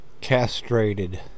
castrated